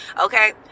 okay